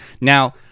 Now